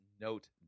note